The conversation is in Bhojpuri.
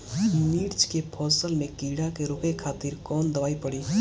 मिर्च के फसल में कीड़ा के रोके खातिर कौन दवाई पड़ी?